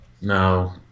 No